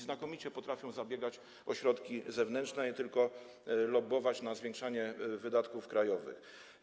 Znakomicie potrafią one zabiegać o środki zewnętrzne, nie tylko lobbować za zwiększaniem wydatków krajowych.